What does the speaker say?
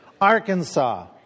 Arkansas